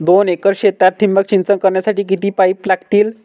दोन एकर क्षेत्रात ठिबक सिंचन करण्यासाठी किती पाईप लागतील?